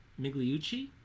migliucci